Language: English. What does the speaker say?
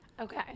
okay